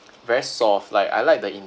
very soft like I like the